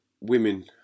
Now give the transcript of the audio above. women